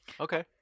Okay